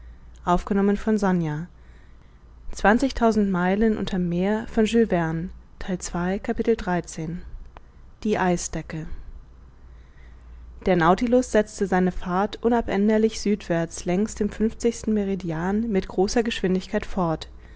capitel die eisdecke der nautilus setzte seine fahrt unabänderlich südwärts längs dem fünfzigsten meridian mit großer geschwindigkeit fort